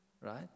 right